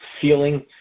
feeling